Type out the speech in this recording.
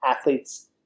athletes